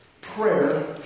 Prayer